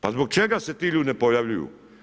Pa zbog čega se ti ljudi ne pojavljuju?